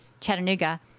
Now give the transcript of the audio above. Chattanooga